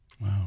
Wow